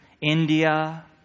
India